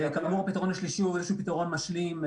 כאמור, הפתרון השלישי הוא איזשהו פתרון משלים,